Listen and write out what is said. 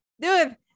dude